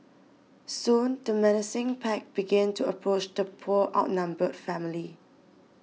soon the menacing pack began to approach the poor outnumbered family